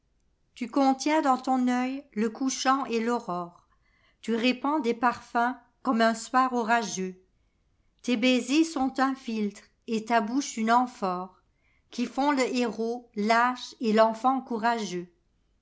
tu contiens dans ton œil le couchant et faurore tu répands des parfums comme un soir orageux tes baisers sont un philtre et ta bouche une amphorequi font le héros lâche et l'enfant courageux